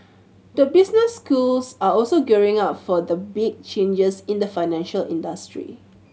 the business schools are also gearing up for the big changes in the financial industry